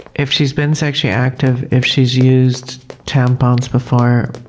if she's been sexually active, if she's used tampons before,